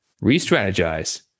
re-strategize